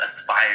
aspire